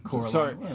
Sorry